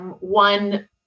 One